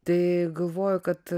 tai galvoju kad